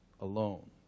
alone